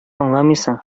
аңламыйсың